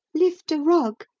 lift a rug,